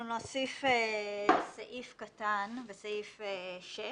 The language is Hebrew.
נוסיף סעיף קטן בסעיף 6